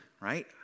right